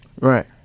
Right